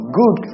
good